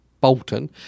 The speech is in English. Bolton